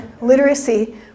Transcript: literacy